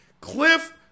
Cliff